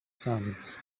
sons